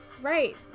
right